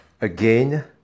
Again